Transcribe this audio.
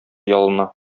ялына